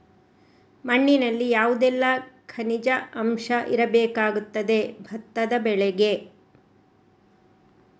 ಮಣ್ಣಿನಲ್ಲಿ ಯಾವುದೆಲ್ಲ ಖನಿಜ ಅಂಶ ಇರಬೇಕಾಗುತ್ತದೆ ಭತ್ತದ ಬೆಳೆಗೆ?